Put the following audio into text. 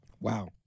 Wow